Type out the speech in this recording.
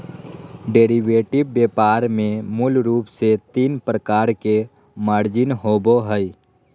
derivative व्यापार में मूल रूप से तीन प्रकार के मार्जिन होबो हइ